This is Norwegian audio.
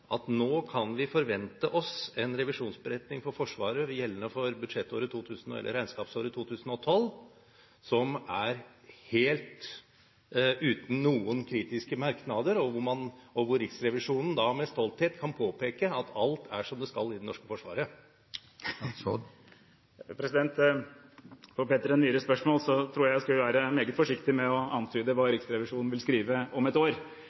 at nå kan vi forvente oss en revisjonsberetning for Forsvaret gjeldende for regnskapsåret 2012 som er helt uten noen kritiske merknader, og hvor Riksrevisjonen med stolthet kan påpeke at alt er som det skal i det norske forsvaret? Til Peter N. Myhres spørsmål vil jeg si at jeg tror jeg skal være meget forsiktig med å antyde hva Riksrevisjonen vil skrive om et år.